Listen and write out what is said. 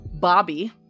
Bobby